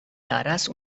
darás